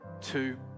two